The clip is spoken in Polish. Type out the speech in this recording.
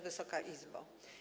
Wysoka Izbo!